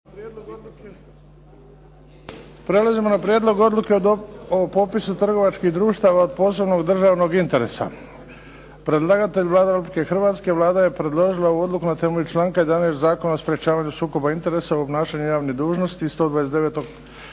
Prelazimo na –- Prijedlog odluke o popisu trgovačkih društava od posebnog državnog interesa Predlagatelj: Vlada Republike Hrvatske Vlada je predložila ovu odluku na temelju članka 11. Zakona o sprečavanju sukoba interesa u obnašanju javnih dužnosti 129.